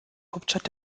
hauptstadt